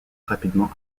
rapidement